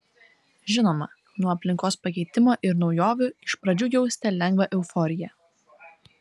žinoma nuo aplinkos pakeitimo ir naujovių iš pradžių jausite lengvą euforiją